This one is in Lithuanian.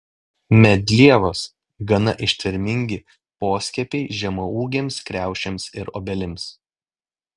medlievos gana ištvermingi poskiepiai žemaūgėms kriaušėms ir obelims